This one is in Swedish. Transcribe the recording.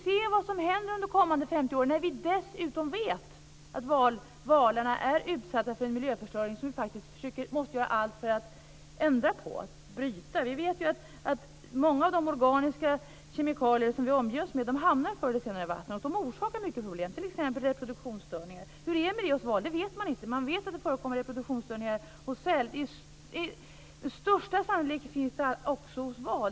Se vad som händer under de kommande 50 åren, särskilt som vi dessutom vet att valarna är utsatta för en miljöförstöring som vi faktiskt måste göra allt för att ändra på och bryta. Vi vet ju att många av de organiska kemikalier som vi omger oss med förr eller senare hamnar i vattnet. De orsakar mycket problem, t.ex. reproduktionsstörningar. Hur det är med den saken hos valen vet man inte. Man vet dock att det förekommer reproduktionsstörningar bland sälar. Med största sannolikhet finns det sådana störningar också bland valarna.